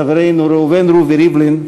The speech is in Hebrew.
חברנו ראובן רובי ריבלין,